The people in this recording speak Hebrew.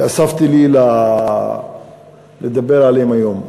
אספתי לי לדבר עליהם היום.